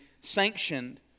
sanctioned